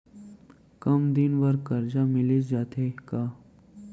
कम दिन बर करजा मिलिस जाथे का?